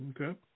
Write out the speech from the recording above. Okay